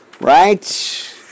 right